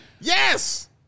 yes